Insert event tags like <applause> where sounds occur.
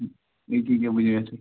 أکہِ أکہِ بہٕ <unintelligible>